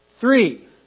Three